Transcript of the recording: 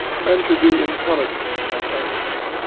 men should be intelligent and earnest.